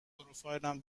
پروفایلم